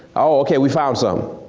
oh okay we found somethin'.